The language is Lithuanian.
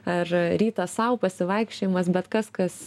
ar rytas sau pasivaikščiojimas bet kas kas